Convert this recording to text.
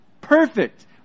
Perfect